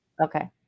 Okay